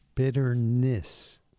Bitterness